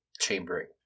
chambering